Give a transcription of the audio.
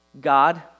God